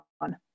on